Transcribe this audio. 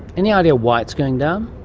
any idea why it's going down?